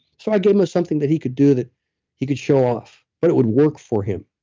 so, i gave him something that he could do that he could show off, but it would work for him.